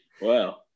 Wow